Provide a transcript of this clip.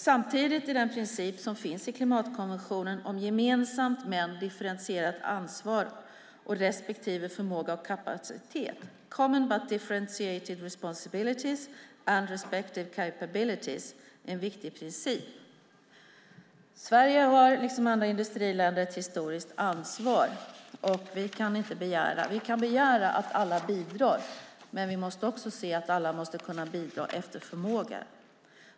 Samtidigt är den princip som finns i klimatkonventionen om gemensamt men differentierat ansvar och respektive förmåga och kapacitet en viktig princip. Sverige har liksom andra industriländer ett historiskt ansvar. Vi kan begära att alla bidrar, men vi måste också se att alla måste kunna bidra efter förmåga.